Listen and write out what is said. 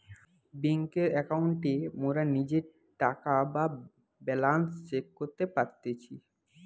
বেংকের একাউন্টে মোরা নিজের টাকা বা ব্যালান্স চেক করতে পারতেছি